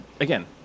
again